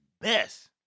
best